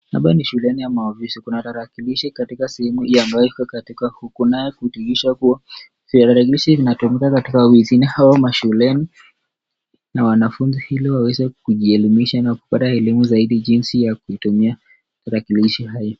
Hapa ni shuleni ama ofisi kuna tarakilishi katika sehemu hii ambayo iko katika huku, naye hudhihirisha kuwa hutumika katika shuleni na wanafunzi waweze kuji elimisha na kupata elimu jinsi ya kutumia tarakilishi.